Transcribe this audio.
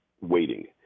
waiting